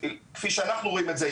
כפי שאנחנו רואים את זה,